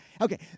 Okay